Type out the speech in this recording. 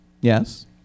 Yes